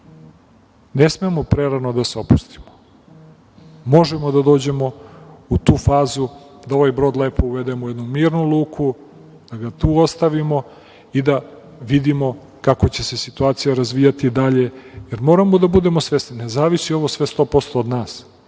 smemo prerano da se opustimo. Možemo da dođemo u tu fazu da ovaj brod lepo uvedemo u jednu mirnu luku, da ga tu ostavimo i da vidimo kako će se situacija razvijati dalje, jer moramo da budemo svesni da ne zavisi ovo sve 100% od nas.